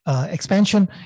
expansion